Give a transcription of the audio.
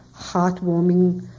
heartwarming